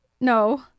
No